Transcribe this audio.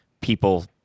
people